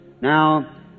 Now